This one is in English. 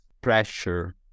pressure